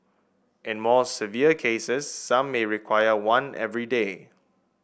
in more severe cases some may require one every day